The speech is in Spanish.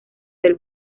del